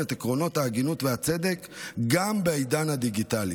עקרונות ההגינות והצדק גם בעידן הדיגיטלי.